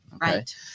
Right